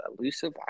elusive